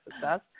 success